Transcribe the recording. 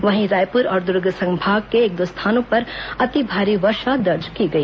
वहीं रायपुर और दुर्ग संभाग के एक दो स्थानों पर अति भारी वर्षा दर्ज की गई